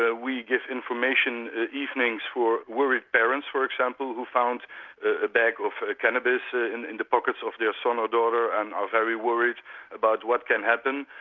ah we give information evenings for worried parents for example, who found a bag of cannabis ah in in the pockets of their son or daughter and are very worried about what can happen.